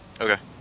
Okay